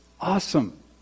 awesome